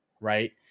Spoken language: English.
right